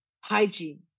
hygiene